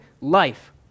life